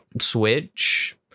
switch